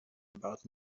about